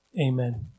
Amen